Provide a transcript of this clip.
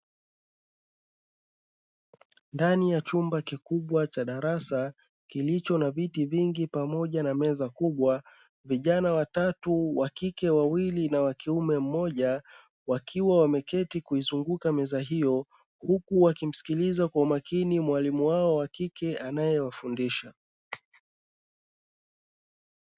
Ndani ya chumba kikubwa cha darasa kilicho na viti vingi pamoja na meza kubwa; vijana watatu, wakike wawili na wakiume mmoja, wakiwa wameketi kuizunguka meza hiyo, huku wakimsikiliza kwa umakini mwalimu wao wakike anayewafundisha.